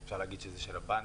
אפשר להגיד שזה של הבנקים,